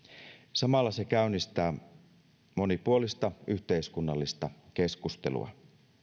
samalla se käynnistää monipuolista yhteiskunnallista keskustelua